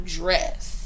dress